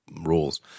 rules